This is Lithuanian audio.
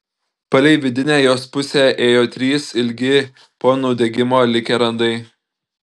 palei vidinę jos pusę ėjo trys ilgi po nudegimo likę randai